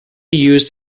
used